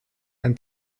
ein